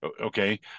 okay